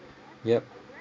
yup